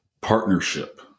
partnership